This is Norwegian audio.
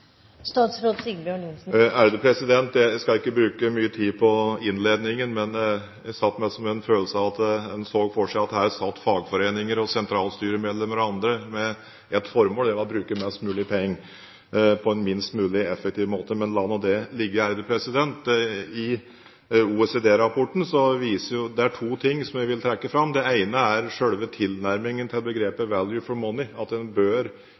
skal ikke bruke mye tid på innledningen, men jeg satt liksom med en følelse av at en så for seg at her satt det fagforeninger, sentralstyremedlemmer og andre med ett formål: å bruke mest mulig penger på en minst mulig effektiv måte. Men la nå det ligge. I OECD-rapporten er det to ting som jeg vil trekke fram. Det ene er selve tilnærmingen til begrepet «Value for Money», at en bør